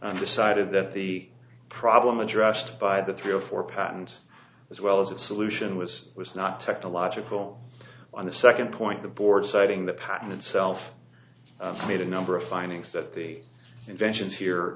and decided that the problem addressed by the three zero four patent as well as its solution was was not technological on the second point the board citing the patent itself made a number of findings that the inventions here